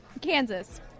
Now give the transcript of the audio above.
Kansas